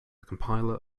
compiler